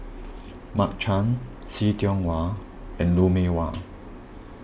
Mark Chan See Tiong Wah and Lou Mee Wah